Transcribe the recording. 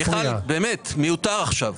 מיכל, באמת זה מיותר עכשיו.